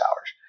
hours